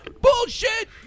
bullshit